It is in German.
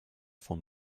von